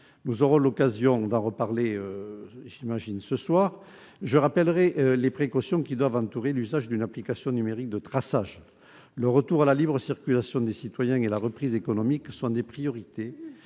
Nous aurons l'occasion d'en reparler ce soir, mais je rappellerai ici les précautions qui doivent entourer l'usage d'une application numérique de traçage. Le retour à la libre circulation des citoyens et la reprise économique sont des priorités